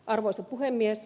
arvoisa puhemies